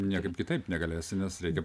niekaip kitaip negalėsi nes reikia